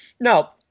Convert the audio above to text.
Now